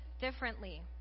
differently